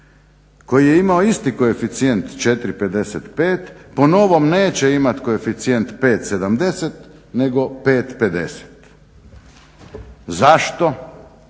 koji je imao isti koeficijent 4,55 po novom neće imati koeficijent 5,70 nego 5,50. Zašto?